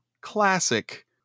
classic